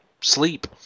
sleep